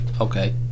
Okay